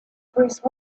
bruce